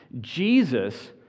Jesus